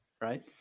right